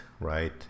right